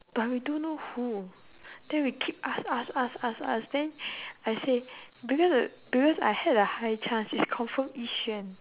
but we don't know who then we keep ask ask ask ask ask then I said because because I had a high chance it's confirm yi-xuan